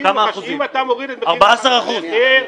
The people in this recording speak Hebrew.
14 אחוזים.